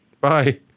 Bye